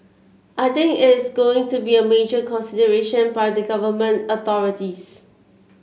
I think is going to be a major consideration by the Government authorities